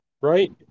right